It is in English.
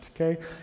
okay